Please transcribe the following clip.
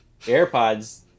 AirPods